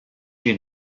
jien